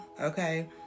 okay